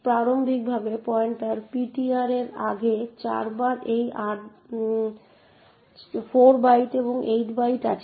প্রারম্ভিক pointer ptr এর আগে চার বাইট এবং আট বাইট আছে